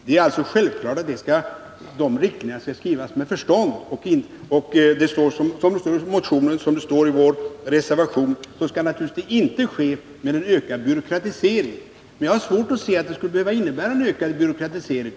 Det är självklart att de riktlinjerna skall skrivas med förstånd, och som det står i vår reservation skall det naturligtvis inte ske med en ökad byråkratisering. Men jag har svårt att se att det skulle behöva innebära en ökad byråkratisering.